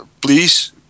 please